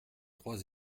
trois